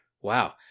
Wow